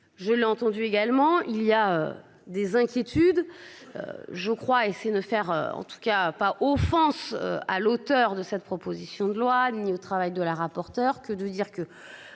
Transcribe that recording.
Je l'ai entendu également, il y a des inquiétudes. Je crois, c'est de faire en tout cas pas offense à l'auteur de cette proposition de loi ni au travail de la rapporteure que de dire que